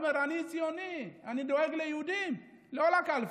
הוא אמר: אני ציוני, אני דואג ליהודים, לא לקלפי.